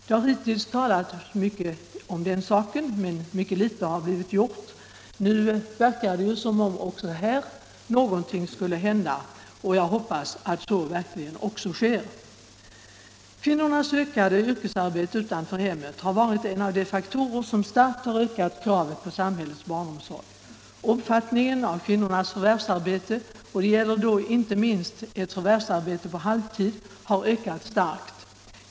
Det har hittills talats mycket om den saken men litet har blivit gjort. Nu verkar det som om också här någonting skulle hända, och jag hoppas att så verkligen blir fallet. Kvinnornas ökade yrkesarbete utanför hemmet har varit en av de faktorer som starkt ökat kravet på samhällets barnomsorg. Omfattningen av kvinnors förvärvsarbete — och det gäller då inte minst förvärvsarbete på halvtid — har ökat starkt.